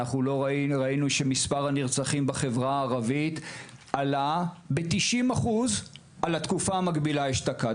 ראינו שמספר הנרצחים בחברה הערבית עלה ב- 90% מהתקופה המקבילה אשתקד,